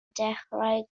dechrau